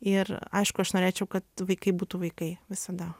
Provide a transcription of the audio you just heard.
ir aišku aš norėčiau kad vaikai būtų vaikai visada